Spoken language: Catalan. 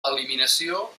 eliminació